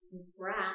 scratch